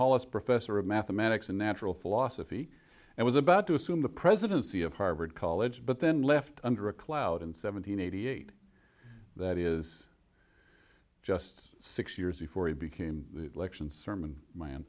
hollis professor of mathematics and natural philosophy and was about to assume the presidency of harvard college but then left under a cloud in seventeen eighty eight that is just six years before he became the election sermon